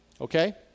okay